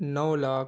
نو lakh